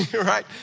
right